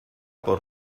por